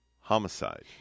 homicide